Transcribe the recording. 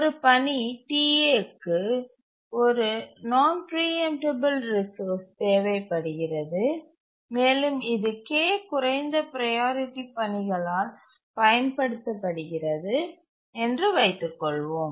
ஒரு பணி Ta க்கு ஒரு நான் பிரீஎம்டபல் ரிசோர்ஸ் தேவை படுகிறது மேலும் இது k குறைந்த ப்ரையாரிட்டி பணிகளால் பயன்படுத்தப்படுகிறது என்று வைத்துக்கொள்வோம்